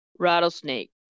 rattlesnake